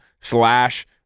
slash